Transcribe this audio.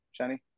Shani